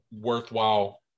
worthwhile